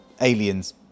aliens